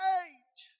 age